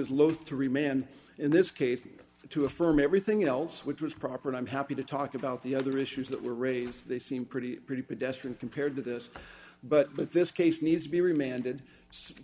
is low three men in this case to affirm everything else which was proper and i'm happy to talk about the other issues that were raised they seem pretty pretty pedestrian compared to this but this case needs to be remanded